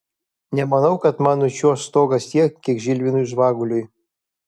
nemanau kad man nučiuoš stogas tiek kiek žilvinui žvaguliui